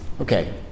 Okay